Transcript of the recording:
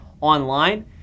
online